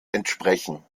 entsprechen